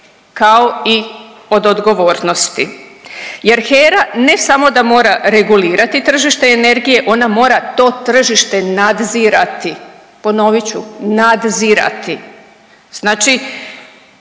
kao i od odgovornosti jer HERA ne samo da mora regulirati tržište energije, onda mora to tržište nadzirati. Ponovit ću, nadzirati. Znači